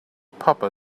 papa